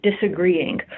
disagreeing